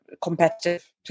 competitive